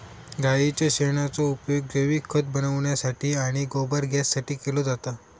गाईच्या शेणाचो उपयोग जैविक खत बनवण्यासाठी आणि गोबर गॅससाठी केलो जाता